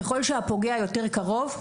ככל שהפוגע יותר קרוב,